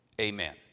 Amen